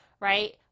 right